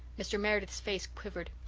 mr. meredith's face quivered.